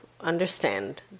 understand